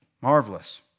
Marvelous